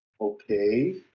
okay